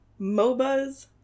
MOBAs